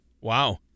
Wow